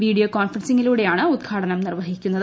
video കോൺഫറൻസിംഗിലൂടെയാണ് ഉദ്ഘാടനം നിർവഹിക്കുന്നത്